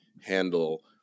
handle